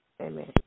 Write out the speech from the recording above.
Amen